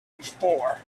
before